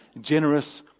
generous